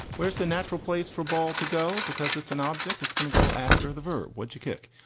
where's the natural place for ball to go? because it's an object that's going to go after the verb. would you kick?